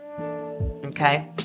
okay